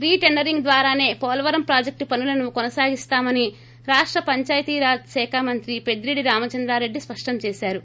రీ tendering ద్వారాసే Polavaram project పనులను కొనసాగిస్తామని రాష్ట పంచాయతీరాజ్ శాఖ మంత్రి పెద్దిరెడ్డి రామచంద్రారెడ్డి స్పష్టం చేశారు